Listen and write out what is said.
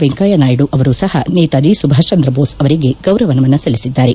ವೆಂಕಯ್ಲನಾಯ್ತು ಅವರೂ ಸಪ ನೇತಾಜಿ ಸುಭಾಷ್ ಜಂದ್ರ ಬೋಸ್ ಅವರಿಗೆ ಗೌರವ ನಮನ ಸಲ್ಲಿಸಿದ್ದಾರೆ